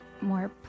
more